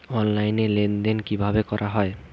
Online লেনদেন কিভাবে করা হয়?